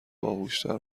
باهوشتر